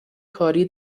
کاری